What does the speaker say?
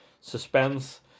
suspense